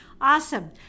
Awesome